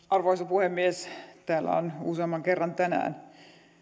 arvoisa puhemies täällä on useamman kerran tänään